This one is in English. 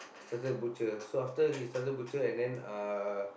started butcher so after he started butcher and then uh